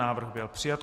Návrh byl přijat.